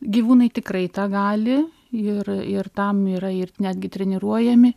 gyvūnai tikrai tą gali ir ir tam yra ir netgi treniruojami